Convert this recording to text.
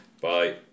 Bye